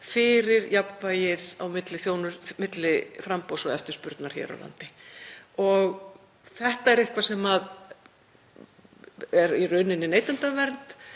fyrir jafnvægið á milli framboðs og eftirspurnar hér á landi. Og þetta er eitthvað sem er í raun neytendavernd,